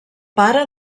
pare